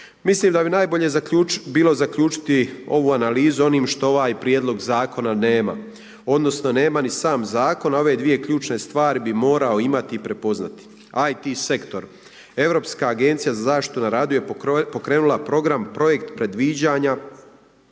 Mislim da bi najbolje bilo zaključiti ovu analizu onim što ovaj Prijedlog zakona nema. Odnosno, nema ni sam zakon, a ove dvije ključne stvari bi morao imati i prepoznati. ICT sektor, Europska agencija za zaštitu na radu je pokrenula program projekt predviđanja